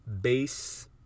Base